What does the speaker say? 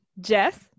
Jess